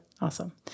awesome